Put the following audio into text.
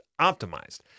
optimized